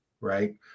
Right